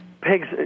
pigs